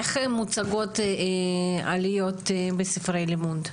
איך מוצגות עליות בספרי הלימוד?